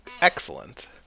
Excellent